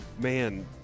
Man